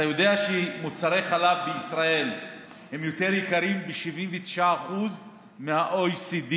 אתה יודע שמוצרי החלב בישראל יותר יקרים ב-79% מה-OECD?